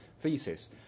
thesis